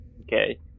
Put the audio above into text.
Okay